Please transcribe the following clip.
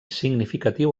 significatiu